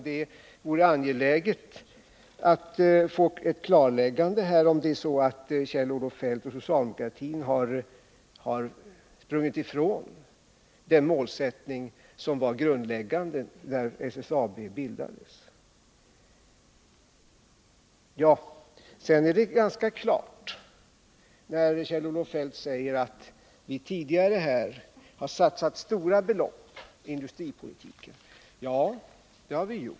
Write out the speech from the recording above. Det vore angeläget att få ett Om utvecklingen klarläggande om Kjell-Olof Feldt och socialdemokratin har sprungit ifrån — inom handelsstålsden målsättning som var grundläggande när SSAB bildades. Det är riktigt som Kjell-Olof Feldt säger att vi tidigare har satsat stora belopp i industripolitiken.